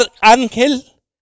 ángel